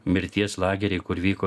mirties lageriai kur vyko